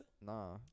Nah